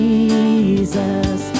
Jesus